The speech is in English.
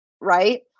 right